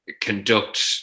conduct